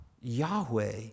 Yahweh